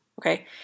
okay